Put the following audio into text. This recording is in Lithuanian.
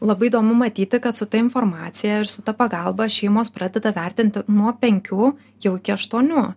labai įdomu matyti kad su ta informacija ir su ta pagalba šeimos pradeda vertinti nuo penkių jau iki aštuonių